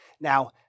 Now